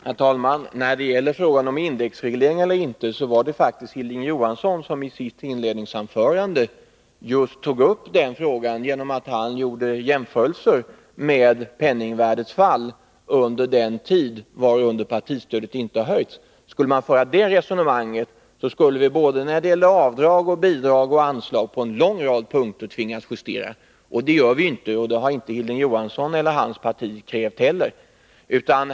Herr talman! När det gäller frågan om indexreglering eller inte så var det Onsdagen den faktiskt Hilding Johansson som i sitt inledningsanförande tog upp den frågan 24 februari 1982 genom att göra jämförelser med penningvärdets fall under den tid varunder partistödet inte höjts. Skulle man föra det resonemanget, så skulle vi när det gäller både avdrag, bidrag och anslag på en lång rad punkter tvingas justera. Det gör vi inte, och det har inte heller Hilding Johansson och hans parti krävt.